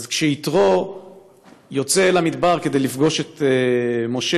כשיתרו יוצא אל המדבר כדי לפגוש את משה,